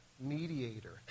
mediator